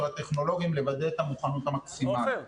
הטכנולוגיים לוודא את המוכנות המקסימלית.